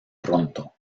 pronto